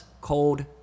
Cold